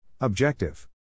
Objective